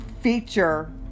feature